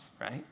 right